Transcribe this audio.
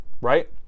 right